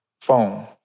phone